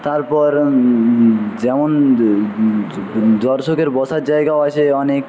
তারপর যেমন দর্শকের বসার জায়গাও আছে অনেক